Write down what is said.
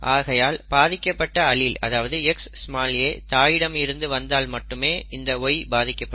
ஆகையால் பாதிக்கப்பட்ட அலீல் அதாவது Xa தாயிடம் இருந்து வந்தால் மட்டுமே இந்த Y பாதிக்கப்படும்